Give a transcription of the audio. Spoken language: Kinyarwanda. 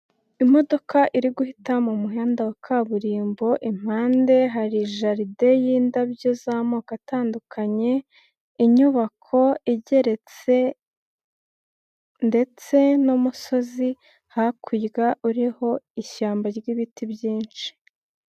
Imodoka iri guhita mu muhanda wa kaburimbo, impande hari jaride y'indabyo z'amoko atandukanye, inyubako igeretse ndetse n'umusozi hakurya uriho ishyamba ry'ibiti byinshi.